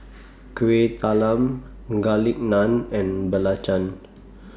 Kueh Talam Garlic Naan and Belacan